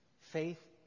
Faith